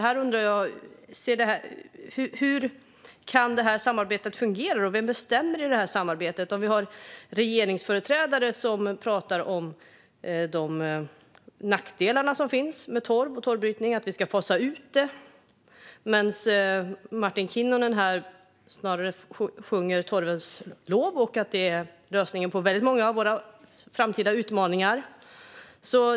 Jag undrar hur samarbetet kan fungera och vem som bestämmer om regeringsföreträdare pratar om nackdelarna med torv och torvbrytning och att det ska fasas ut medan Martin Kinnunen snarare sjunger torvens lov och ser den som lösningen på väldigt många av framtidens utmaningar.